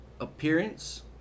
appearance